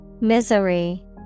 Misery